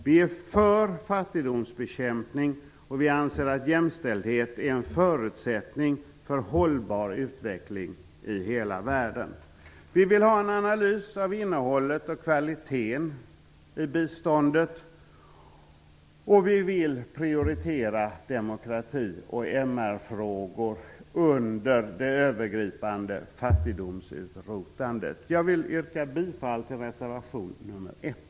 Vi är för fattigdomsbekämpning, och vi anser att jämställdhet är en förutsättning för hållbar utveckling i hela världen. Vi vill ha en analys av innehållet och kvaliteten i biståndet, och vi vill prioritera demokrati och MR-frågor under det övergripande fattigdomsutrotandet. Jag vill yrka bifall till reservation nr 1.